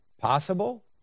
possible